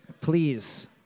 Please